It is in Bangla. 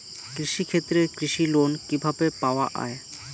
কৃষি ক্ষেত্রে কৃষি লোন কিভাবে পাওয়া য়ায়?